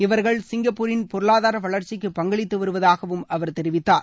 இவர்கள் சிங்கப்பூரின் பொருளாதார வளர்ச்சிக்கு பங்களித்து வருவதாகவுதம் அவர் தெரிவித்தார்